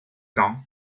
temps